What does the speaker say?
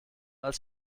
als